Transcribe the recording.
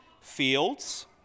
fields